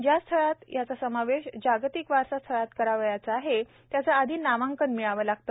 ज्या स्थळाचा समावेश जागतिक वारसा स्थळात करावयाचा आहे त्याचे आधी नामांकन मिळवावे लागते